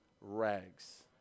rags